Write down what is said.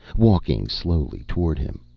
walking slowly toward him,